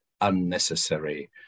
unnecessary